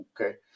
Okay